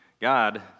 God